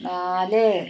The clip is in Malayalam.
നാല്